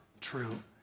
true